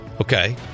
Okay